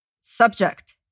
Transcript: Subject